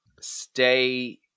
Stay